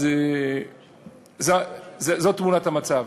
אז זאת תמונת המצב.